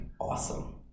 awesome